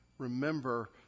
remember